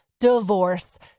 divorce